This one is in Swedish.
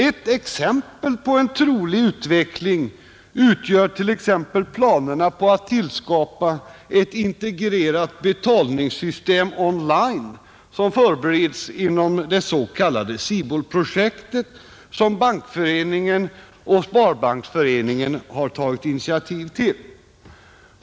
Ett exempel på en trolig utveckling utgör planerna på att tillskapa ett integrerat betalningssystem, On-Line, som förbereds inom det s.k. SIBOL-projektet som Bankföreningen och Sparbanksföreningen har tagit initiativ till.